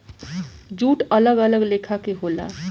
jute अलग अलग लेखा के होला